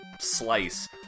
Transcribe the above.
slice